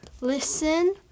listen